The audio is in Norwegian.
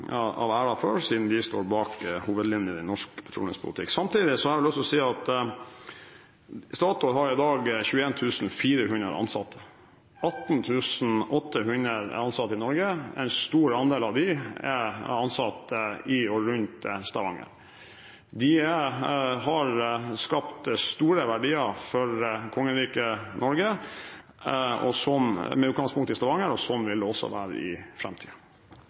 for, siden de står bak hovedlinjene i norsk petroleumspolitikk. Samtidig har jeg lyst til å si at Statoil i dag har 21 400 ansatte. 18 800 av dem er ansatt i Norge, og en stor andel av dem i og rundt Stavanger. De har skapt store verdier for kongeriket Norge – med utgangspunkt i Stavanger – og slik vil det også være i